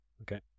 Okay